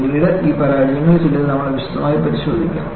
പിന്നീട് ഈ പരാജയങ്ങളിൽ ചിലത് നമുക്ക് വിശദമായി പരിശോധിക്കാം